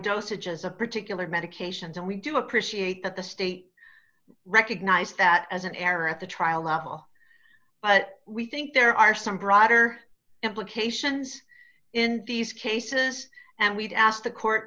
dosages a particular medications and we do appreciate that the state recognized that as an error at the trial level but we think there are some broader implications in these cases and we've asked the court